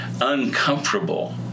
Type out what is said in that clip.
uncomfortable